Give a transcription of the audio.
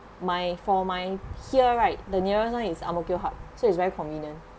my for my here right the nearest one is ang mo kio hub so it's very convenient